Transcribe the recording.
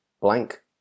blank